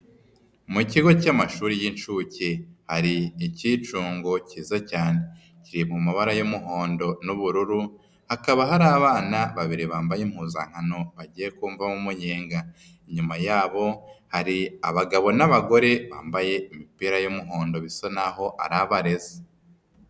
Mu kigo cy'amashuri y'inshuke hari ikicungo kiza cyane kiri mu mabara y'umuhondo n'ubururu, hakaba hari abana babiri bambaye impuzankano bagiye kumvamo umunyenga. Inyuma yabo hari abagabo n'abagore bambaye imipira y'umuhondo bisa naho ari abarezi.